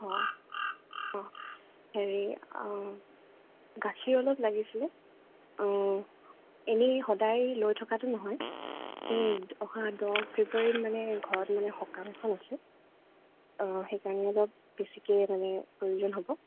অ' অ' হেৰি গাখীৰ অলপ লাগিছিলে অ' এনেই সদাই লৈ থকাটো নহয় এই অহা দহ ফ্ৰেব্ৰুৱাৰীত মানে ঘৰত মানে সকাম এখন আছে সেইকাৰণে অলপ বেছিকৈ মানে প্ৰয়োজন হ'ব